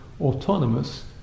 autonomous